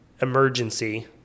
emergency